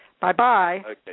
Bye-bye